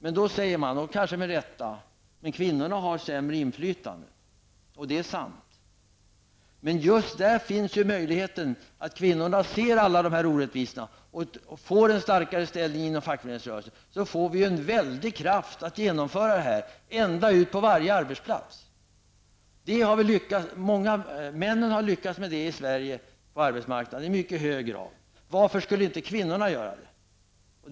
Men då säger någon, kanske med rätta: När det gäller kvinnorna är det sämre ställt med inflytandet. Ja, det är sant. Men kvinnorna ser kanske alla orättvisor som finns och får en starkare ställning inom fackföreningsrörelsen genom att de påtalar dessa orättvisor. Därmed får vi en väldig kraft när det gäller att genomföra dessa saker, på varje arbetsplats. På den svenska arbetsmarknaden har männen lyckats med den saken i mycket hög grad. Varför skulle då inte kvinnorna lyckas med samma sak?